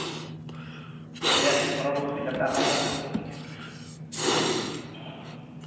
ᱦᱳᱭ ᱟᱨᱠᱤ ᱯᱚᱨᱚᱵᱚᱨᱛᱤ ᱡᱟᱛᱮ ᱟᱨᱚ ᱚᱱᱠᱟ ᱟᱞᱚ ᱦᱩᱭᱩᱜ